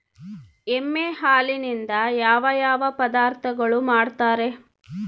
ಎಮ್ಮೆ ಹಾಲಿನಿಂದ ಯಾವ ಯಾವ ಪದಾರ್ಥಗಳು ಮಾಡ್ತಾರೆ?